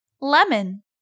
Lemon